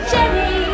Jenny